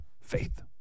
faith